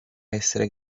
essere